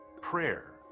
prayer